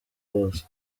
wose